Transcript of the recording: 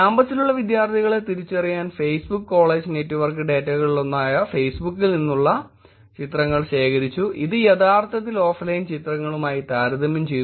കാമ്പസിലുള്ള വിദ്യാർത്ഥികളെ തിരിച്ചറിയാൻ Facebook college network ഡേറ്റകളിലൊന്നായ ഫേസ്ബുക്കിൽ നിന്നുള്ള ചിത്രങ്ങൾ ശേഖരിച്ചുഇത് യഥാർത്ഥത്തിൽ ഓഫ്ലൈൻ ചിത്രങ്ങളുമായി താരതമ്യം ചെയ്തു